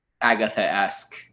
agatha-esque